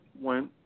went